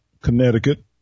Connecticut